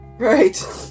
Right